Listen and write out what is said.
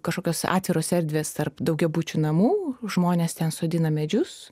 kažkokios atviros erdvės tarp daugiabučių namų žmonės ten sodina medžius